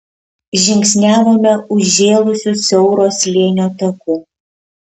žingsniavome užžėlusiu siauro slėnio taku